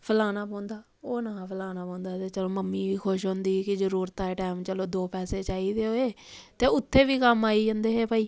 फलाना पौंदा ओह् ना हा फलाना पौंदा ते चलो मम्मी बी खुश होंदी ही कि जरूरता दे टैम चलो दो पैसे चाहिदे होए ते उत्थै बी कम्म आई जंदे हे भाई